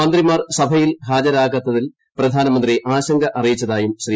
മന്ത്രിമാർ സഭയിൽ ഹാജരാകാത്തതിൽ പ്രധാനമ്യന്തി ആശങ്ക അറിയിച്ചതായും ശ്രീ